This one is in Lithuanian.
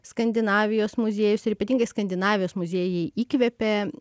skandinavijos muziejus ir ypatingai skandinavijos muziejai jį įkvėpė